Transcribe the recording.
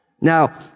Now